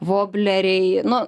vobleriai nu